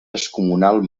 descomunal